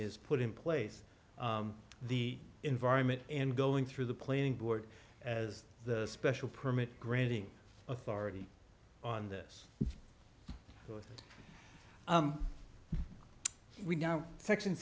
is put in place the environment and going through the planning board as the special permit granting authority on this well it we now section